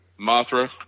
Mothra